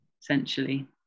essentially